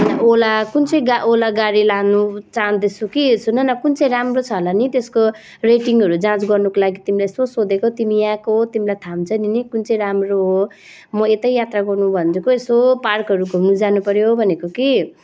ओला कुन चाहिँ गा ओला गाडी लान चाहँदैछु कि सुन न कुन चाहिँ राम्रो छ होला नि त्यसको रेटिङहरू जाँच गर्नको लागि तिमीलाई यसो सोधेको तिमी यहाँको हो तिमीलाई थाहा हुन्छ नि नि कुन चाहिँ राम्रो हो म यतै यात्रा गर्नु भनेर पो यसो पार्कहरू घुम्नु जानुपर्यो भनेको कि